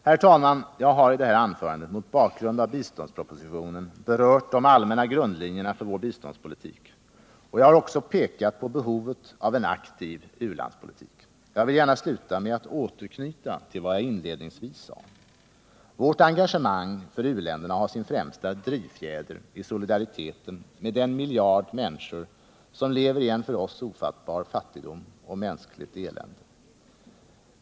Herr talman! Jag har i detta anförande mot bakgrund av biståndspropositionen berört de allmänna grundlinjerna för vår biståndspolitik och också pekat på behovet av en aktiv u-landspolitik. Jag vill gärna sluta med att återknyta till vad jag inledningsvis sade. Vårt engagemang för u-länderna har sin främsta drivfjäder i solidariteten med den miljard människor som lever i en för oss ofattbar fattigdom och mänskligt elände.